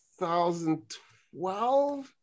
2012